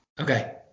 Okay